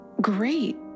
great